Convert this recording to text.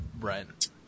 Right